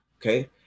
okay